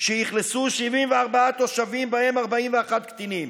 שאכלסו 74 תושבים, ובהם 41 קטינים.